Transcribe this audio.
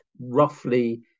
roughly